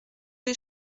les